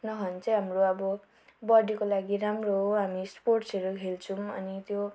नखानु चाहिँ हाम्रो अबो बडीको लागि राम्रो हो हामी स्पोर्ट्सहरू खेल्छौँ अनि त्यो